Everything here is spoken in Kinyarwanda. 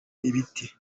ibiti